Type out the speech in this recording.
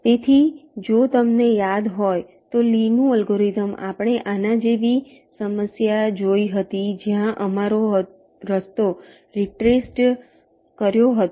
તેથી જો તમને યાદ હોય તો લીનું અલ્ગોરિધમ આપણે આના જેવી સમસ્યા જોઈ હતી જ્યાં અમારો રસ્તો રિટ્રેસડ કર્યો હતો